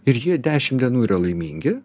ir jie dešim dienų yra laimingi